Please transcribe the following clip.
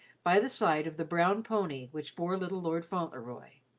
by the side of the brown pony which bore little lord fauntleroy.